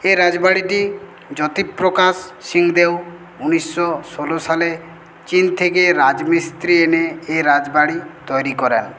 এ রাজবাড়িটি জ্যোতিপ্রকাশ সিং দেও উনিশশো ষোলো সালে চীন থেকে রাজমিস্ত্রি এনে এই রাজবাড়ি তৈরি করায়